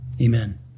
amen